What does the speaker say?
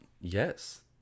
Yes